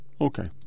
Okay